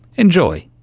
enjoy!